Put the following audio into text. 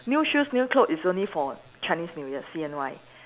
new shoes new clothes is only for Chinese New Year C_N_Y